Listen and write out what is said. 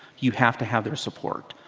you have to have their support.